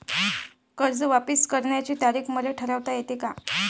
कर्ज वापिस करण्याची तारीख मले ठरवता येते का?